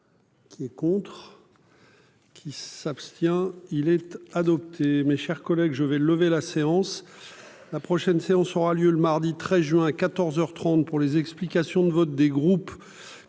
Qui est contre. Qui s'abstient-il être adopté. Mes chers collègues, je vais lever la séance. La prochaine séance aura lieu le mardi 13 juin à 14h 30 pour les explications de vote, des groupes